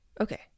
okay